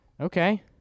Okay